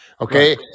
Okay